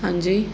ਹਾਂਜੀ